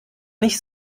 nicht